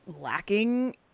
lacking